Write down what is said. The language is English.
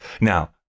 Now